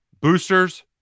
Boosters